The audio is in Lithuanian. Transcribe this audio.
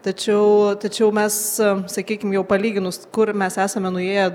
tačiau tačiau mes sakykim jau palyginus kur mes esame nuėję